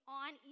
on